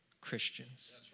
Christians